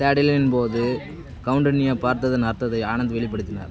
தேடலின் போது கவுண்டனியை பார்த்ததன் அர்த்தத்தை ஆனந்த் வெளிப்படுத்தினார்